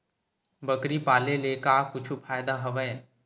बकरी पाले ले का कुछु फ़ायदा हवय?